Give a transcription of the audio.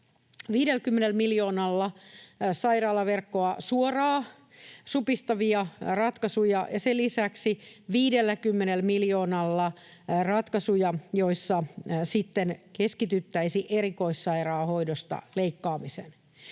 50 miljoonalla sairaalaverkkoa suoraan supistavia ratkaisuja ja sen lisäksi 50 miljoonalla ratkaisuja, joissa sitten keskityttäisiin erikoissairaanhoidosta leikkaamiseen.